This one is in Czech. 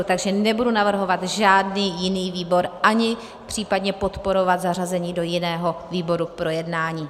Takže nebudu navrhovat žádný jiný výbor ani případně podporovat zařazení do jiného výboru k projednání.